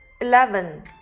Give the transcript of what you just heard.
eleven